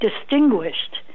distinguished